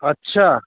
अच्छा